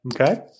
Okay